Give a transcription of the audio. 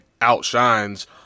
outshines